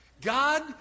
God